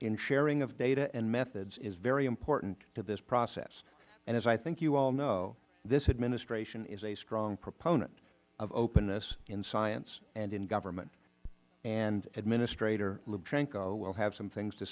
in sharing of data and methods is very important to this process and as i think you all know this administration is a strong proponent of openness in science and in government and administrator lubchenco will have some things to